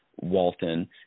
Walton